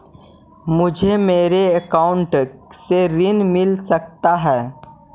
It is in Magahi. मुझे मेरे अकाउंट से ऋण मिल सकता है?